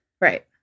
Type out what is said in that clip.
right